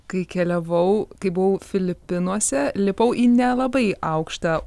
kai keliavau kai buvau filipinuose lipau į nelabai aukštą